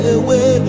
away